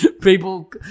people